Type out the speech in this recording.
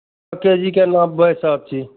एक K G के नापबै सभचीज